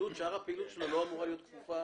שאר הפעילות שלו לא אמורה להיות כפופה